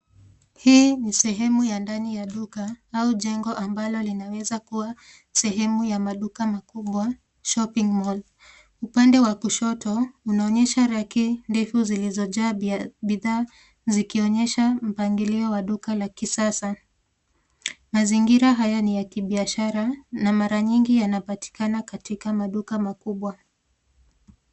Hii ni sehemu ya ndani ya duka au jengo ambalo linaweza kuwa sehemu ya maduka makubwa, shopping mall upande wa kushoto unaonyesha reki ndefu zilizojaa bidhaa zikionyesha mpangilio wa duka la kisasa. Mazingira haya ni ya kibiashara na mara nyingi yanapatikana katika maduka makubwa.